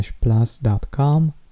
plus.com